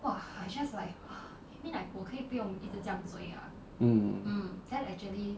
mm